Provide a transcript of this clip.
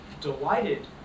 delighted